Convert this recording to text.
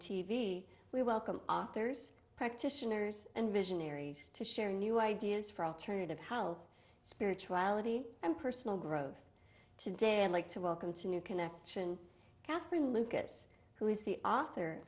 v we welcome arthurs practitioners and visionaries to share new ideas for alternative help spirituality and personal growth today i'd like to welcome to new connection kathleen lucas who is the author